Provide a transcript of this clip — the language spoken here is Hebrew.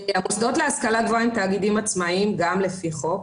המוסדות להשכלה גבוהה הם תאגידים עצמאיים גם לפי חוק.